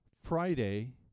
Friday